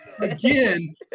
again